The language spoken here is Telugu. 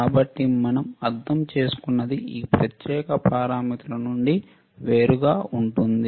కాబట్టి మనం అర్థం చేసుకున్నది ఈ ప్రత్యేక పారామితుల నుండి వేరుగా ఉంటుంది